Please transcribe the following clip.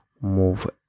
move